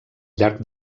llarg